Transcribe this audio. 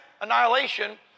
annihilation